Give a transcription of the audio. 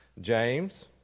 James